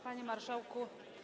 Panie Marszałku!